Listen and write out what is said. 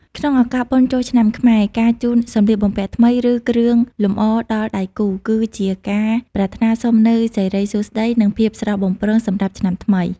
ក្នុងឱកាសបុណ្យចូលឆ្នាំខ្មែរ ការជូនសម្លៀកបំពាក់ថ្មី ឬគ្រឿងលម្អដល់ដៃគូ គឺជាការប្រាថ្នាសុំនូវសិរីសួស្ដី និងភាពស្រស់បំព្រងសម្រាប់ឆ្នាំថ្មី។